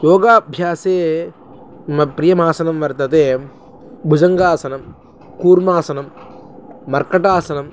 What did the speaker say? योगाभ्यासे मम प्रियमासनं वर्तते भुजङ्गासनं कूर्मासनं मर्कटासनम्